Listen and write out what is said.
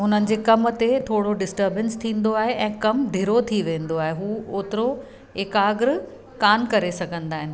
उन्हनि जे कम ते थोरो डिस्टरबंस थींदो आहे ऐं कम धीरो थी वेंदो आहे उहो ओतिरो एकाग्र कोन करे सघंदा आहिनि